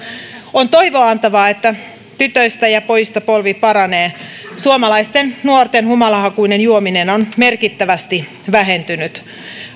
on toivoa antavaa että tytöistä ja pojista polvi paranee suomalaisten nuorten humalahakuinen juominen on merkittävästi vähentynyt